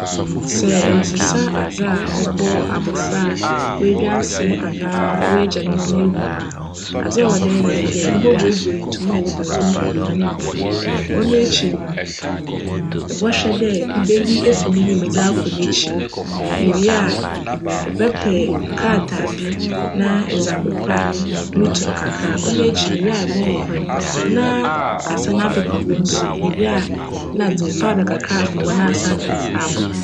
Sj eresesa adze a cbc abofra a oedwanse anaa oegya ne nan egu mu a, adze a cwc dj eyj nye dj, ibobuebue ntum a cwc bankum na nyimfa nyinara. Cno ekyir no, ibchwj dj ibeyi efi n'enyim dze akc n'ekyir. Ewia a, ebjpj krataa bi na edze apepa no tun kakra, cno ekyir no ewia ebchohor na asan apepa hc nsu no, ewia a nna edze "powder" kakra afa hc na asan dze fofor abc no.